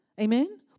Amen